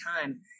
time